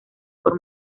por